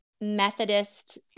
Methodist